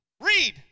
Read